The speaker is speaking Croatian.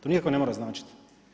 To nikako ne mora značiti.